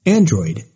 Android